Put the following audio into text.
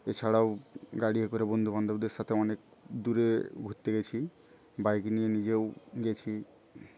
এছাড়াও গাড়ি এ করে বন্ধুবান্ধবদের সাথে অনেক দূরে ঘুরতে গেছি বাইক নিয়ে নিজেও গেছি